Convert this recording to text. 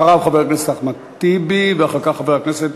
אחריו, חבר הכנסת